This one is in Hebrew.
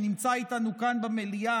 שנמצא איתנו במליאה,